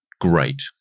great